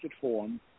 form